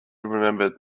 remembered